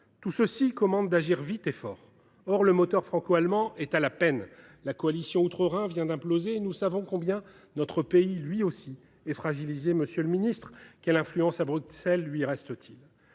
Tout cela commande d’agir vite et fort. Or le moteur franco allemand est à la peine : la coalition outre Rhin vient d’imploser et nous savons combien notre pays, lui aussi, est fragilisé. Monsieur le ministre, quelle influence lui reste t il à